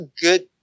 good